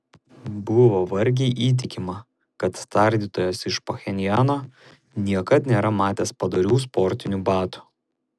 buvo vargiai įtikima kad tardytojas iš pchenjano niekad nėra matęs padorių sportinių batų